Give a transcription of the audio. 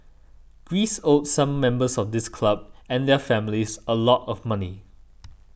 Greece owed some members of this club and their families a lot of money